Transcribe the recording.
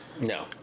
No